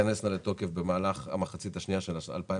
תיכנסנה לתוקף במהלך המחצית השנייה של 2022